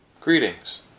greetings